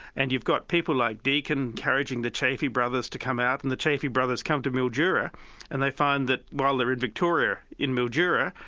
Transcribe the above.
and you've got people like deakin encouraging the chaffey brothers to come out, and the chaffey brothers come to mildura and they find that while they're in victoria in mildura,